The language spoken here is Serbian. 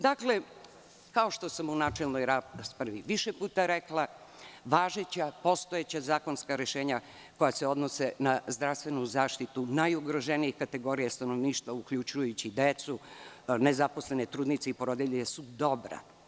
Dakle, kao što sam u načelnoj raspravi više puta rekla, postojeća zakonska rešenja koja se odnose na zdravstvenu zaštitu najugroženijih kategorija stanovništva, uključujući i decu, nezaposlene trudnice i porodilje su dobra.